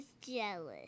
jealous